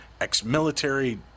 ex-military